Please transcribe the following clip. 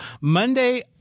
Monday